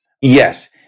Yes